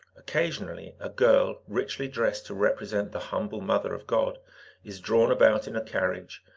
occasionally a girl richly dressed to represent the humble mother of god is drawn about in a carriage,